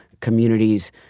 Communities